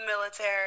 military